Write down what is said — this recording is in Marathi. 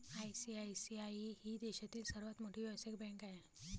आई.सी.आई.सी.आई ही देशातील सर्वात मोठी व्यावसायिक बँक आहे